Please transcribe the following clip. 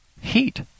Heat